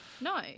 No